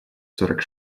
сорок